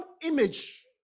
image